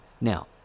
Now